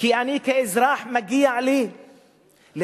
כי אני, כאזרח, מגיע לי לחיות,